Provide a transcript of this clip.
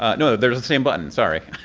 ah no, they're the same button. sorry.